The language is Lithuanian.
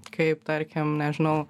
kaip tarkim nežinau